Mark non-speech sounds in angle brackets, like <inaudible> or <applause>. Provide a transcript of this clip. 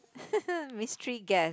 <laughs> mystery guest